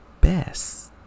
best